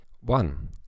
One